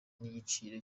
n’igiciro